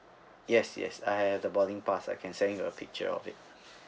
yes yes I have the boarding pass I can send you a picture of it